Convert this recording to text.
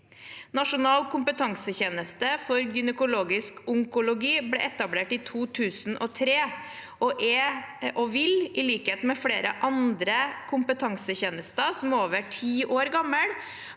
Nasjonal kompetansetjeneste for gynekologisk onkologi ble etablert i 2003 og vil, i likhet med flere andre kompetansetjenester som er over ti år gamle,